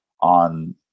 on